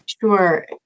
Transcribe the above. Sure